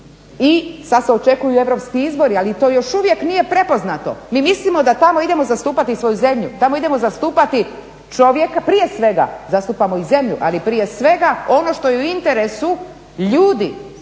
I sad se očekuju europski izbori, ali to još uvijek nije prepoznato. Mi mislimo da tamo idemo zastupati svoju zemlju, tamo idemo zastupati čovjeka, prije svega zastupamo i zemlju, ali prije svega ono što je u interesu ljudi